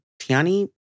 Tiani